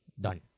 done